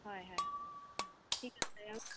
হয় হয় ঠিক আছে